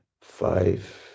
five